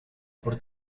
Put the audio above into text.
por